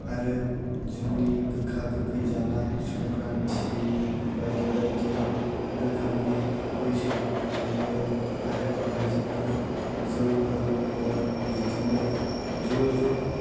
आरो जोंनि गोखा गोखै जानाय संख्रान्थि बायदि बायदि रोखोमनि बैसागु फालियो आरो बेवहाय जोङो जौ लोङो बिदिनो ज' ज'